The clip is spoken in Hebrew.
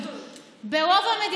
גם הפגנות המוניות זה דבר לא הגיוני.